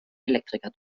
elektriker